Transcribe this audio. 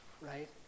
right